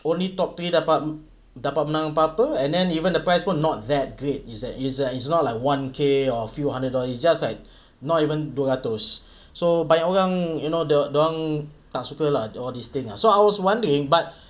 only top three dapat menang apa-apa and then even the prize will not that great it's that it's not like one K or few hundred dollar it's just like not even dua ratus so banyak orang you know the dia orang tak suka lah all this thing ah so I was wondering but